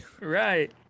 Right